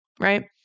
right